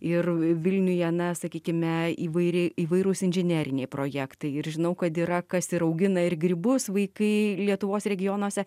ir vilniuje na sakykime įvairi įvairūs inžineriniai projektai ir žinau kad yra kas ir augina ir grybus vaikai lietuvos regionuose